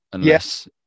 yes